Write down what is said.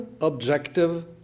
Objective